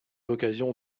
l’occasion